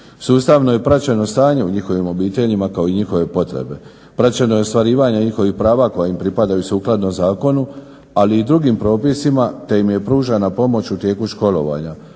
Sustavno je praćeno stanje u njihovim obiteljima kao i njihove potrebe. Praćeno je ostvarivanje njihovih prava koja im pripadaju sukladno zakonu, ali i drugim propisima te im je pružana pomoć u tijeku školovanja.